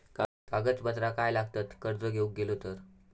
कागदपत्रा काय लागतत कर्ज घेऊक गेलो तर?